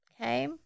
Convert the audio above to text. Okay